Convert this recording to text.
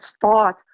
thought